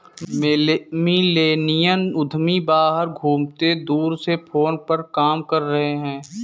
millennial उद्यमी बाहर घूमते हुए दूर से फोन पर काम कर रहे हैं